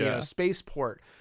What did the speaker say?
spaceport